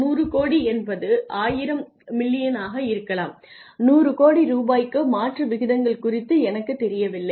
100 கோடி என்பது 1000 மில்லியனாக இருக்கலாம் 100 கோடி ரூபாய்க்கு மாற்று விகிதங்கள் குறித்து எனக்குத் தெரியவில்லை